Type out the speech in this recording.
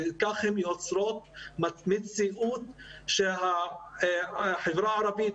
וכך הן יוצרות מציאות שהחברה הערבית,